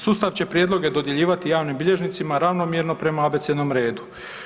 Sustav će prijedloge dodjeljivati javnim bilježnicima ravnomjerno prema abecednom redu.